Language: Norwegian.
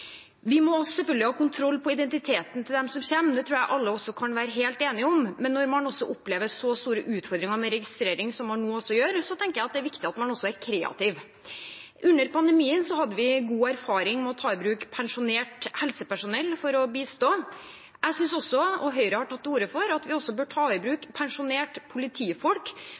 Vi må selvfølgelig ha kontroll på identiteten til dem som kommer – det tror jeg alle kan være helt enige om – men når man opplever så store utfordringer med registrering som man nå gjør, tenker jeg det er viktig at man også er kreativ. Under pandemien hadde vi god erfaring med å ta i bruk pensjonert helsepersonell for å bistå. Jeg synes – og Høyre har tatt til orde for det – at vi bør ta i bruk pensjonerte politifolk